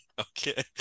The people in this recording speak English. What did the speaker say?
Okay